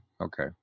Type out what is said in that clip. Okay